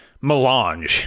melange